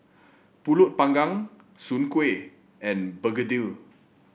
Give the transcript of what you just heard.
pulut panggang Soon Kuih and begedil